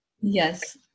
yes